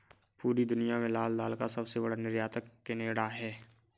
पूरी दुनिया में लाल दाल का सबसे बड़ा निर्यातक केनेडा है